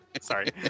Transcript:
Sorry